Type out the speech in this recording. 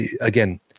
again